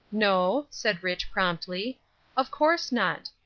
no, said rich, promptly of course not.